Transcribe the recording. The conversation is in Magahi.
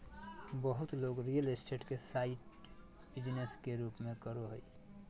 बहुत लोग रियल स्टेट के साइड बिजनेस के रूप में करो हइ